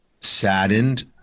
saddened